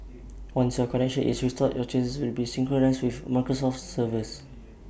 once your connection is restored your changes will be synchronised with Microsoft's servers